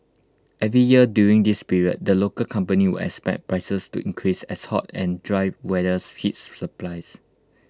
every year during this period the local company would expect prices to increase as hot and dry weather hits supplies